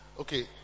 okay